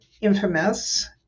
infamous